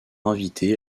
invité